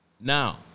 Now